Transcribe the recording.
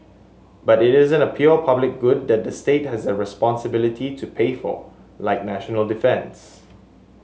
but it isn't a pure public good that the state has the responsibility to pay for like national defence